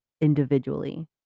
individually